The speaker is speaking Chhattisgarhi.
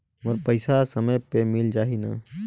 मोर पइसा समय पे मिल जाही न?